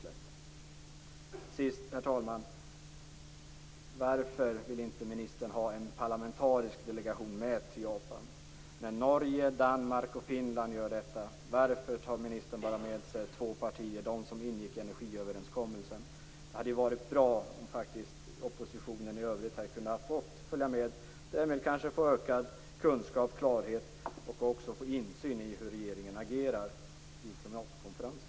Till sist vill jag fråga, herr talman, varför ministern inte vill ta med sig en parlamentarisk delegation till Japan, när Norge, Danmark och Finland gör det. Varför tar ministern bara med sig de två partier som ingick i energiöverenskommelsen? Det hade varit bra om oppositionen i övrigt hade kunnat följa med och därmed få ökad kunskap och klarhet och också insyn i hur regeringen agerar vid klimatkonferensen.